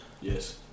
Yes